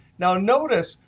now notice,